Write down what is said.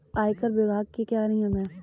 आयकर विभाग के क्या नियम हैं?